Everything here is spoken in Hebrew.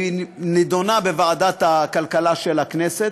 היא נדונה בוועדת הכלכלה של הכנסת.